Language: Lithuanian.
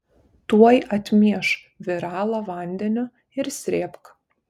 tuoj atmieš viralą vandeniu ir srėbk